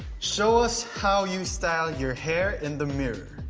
show us how you style your hair in the mirror.